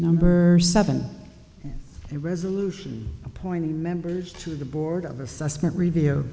number seven resolution appointing members to the board of assessment review